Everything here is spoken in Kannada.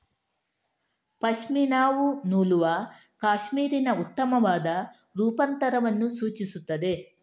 ಪಶ್ಮಿನಾವು ನೂಲುವ ಕ್ಯಾಶ್ಮೀರಿನ ಉತ್ತಮವಾದ ರೂಪಾಂತರವನ್ನು ಸೂಚಿಸುತ್ತದೆ